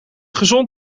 gezond